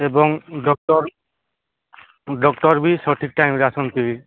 ଏବଂ doctor doctor ବି ସଠିକ୍ ଟାଇମ୍ରେ ଆସନ୍ତି